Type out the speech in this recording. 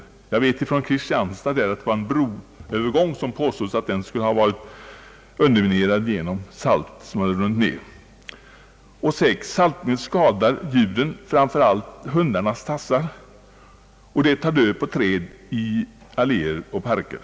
Jag känner till ett fall från Kristianstad, där en broövergång påstås ha varit underminerad på grund av att salt runnit ner. 6) Saltningen skadar djuren, framför allt hundarnas tassar, och tar död på träd i parker och alléer.